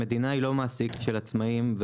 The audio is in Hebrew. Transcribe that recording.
המדינה היא לא מעסיק של עצמאים.